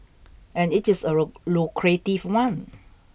and it is a lucrative one